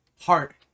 Heart